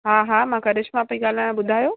हा हा मां करिश्मा पई ॻाल्हायां ॿुधायो